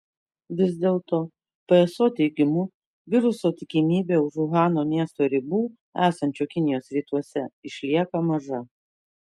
vis dėl to pso teigimu viruso tikimybė už uhano miesto ribų esančio kinijos rytuose išlieka maža